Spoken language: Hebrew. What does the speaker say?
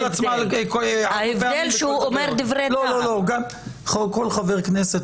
כל חבר כנסת,